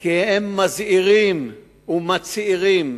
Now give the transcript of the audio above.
כי הם מזהירים ומצהירים